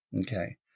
okay